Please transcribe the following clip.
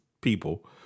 People